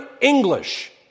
English